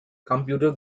computer